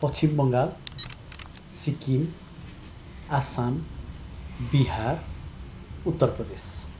Paschim Bangal Sikkim Assam Bihar Uttar Pradesh